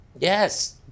Yes